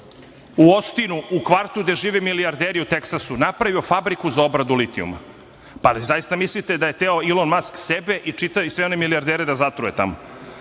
u Ostinu, u kvartu gde žive milijarderi u Teksasu, napravio fabriku za obradu litijuma. Jel zaista mislite da je hteo Ilon Mask sebe i sve one milijardere da zatruje